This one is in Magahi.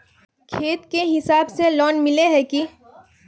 खेत के हिसाब से लोन मिले है की?